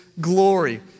glory